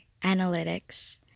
analytics